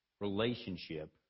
relationship